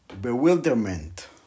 Bewilderment